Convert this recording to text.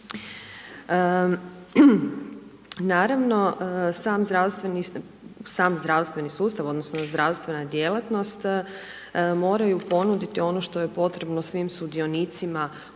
Naravno sam zdravstveni sustav odnosno zdravstvena djelatnost moraju ponuditi ono što je potrebno svim sudionicima u